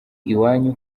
iwanyu